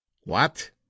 What